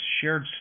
shared